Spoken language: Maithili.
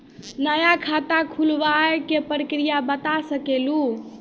नया खाता खुलवाए के प्रक्रिया बता सके लू?